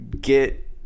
get